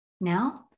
Now